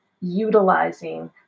utilizing